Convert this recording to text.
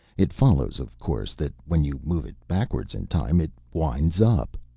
it follows, of course, that when you move it backward in time it winds up.